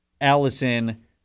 Allison